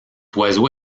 oiseau